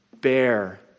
bear